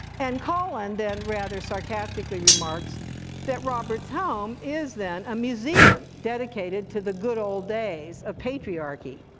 and colin then rather sarcastically remarks that robert's home is then a museum dedicated to the good old days of patriarchy.